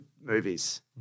movies